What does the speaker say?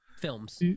Films